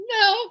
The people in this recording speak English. No